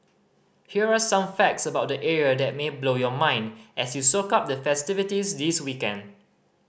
here are some facts about the area that may blow your mind as you soak up the festivities this weekend